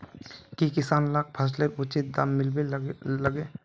की किसान लाक फसलेर उचित दाम मिलबे लगे?